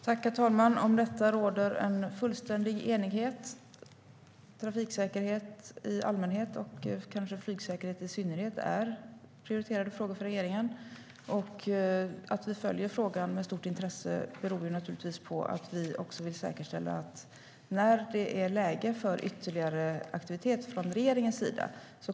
Herr talman! Om detta råder fullständig enighet. Trafiksäkerhet i allmänhet och kanske flygsäkerhet i synnerhet är prioriterade frågor för regeringen. Att vi följer frågan med stort intresse beror naturligtvis på att vi vill säkerställa att vi inte ska behöva tveka när det är läge för ytterligare aktivitet från regeringens sida.